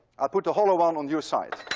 i'll put the hollow one on your side.